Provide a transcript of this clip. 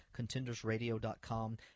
contendersradio.com